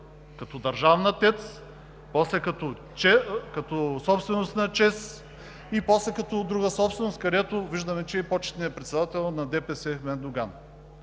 като държавна ТЕЦ, като собственост на ЧЕЗ, и после като друга собственост, където виждаме, че е почетният председател на ДПС Ахмед Доган.